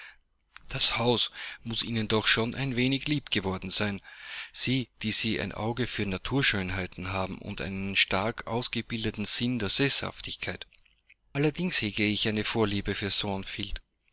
das haus muß ihnen doch schon ein wenig lieb geworden sein sie die sie ein auge für naturschönheit haben und einen stark ausgebildeten sinn der seßhaftigkeit allerdings hege ich eine vorliebe für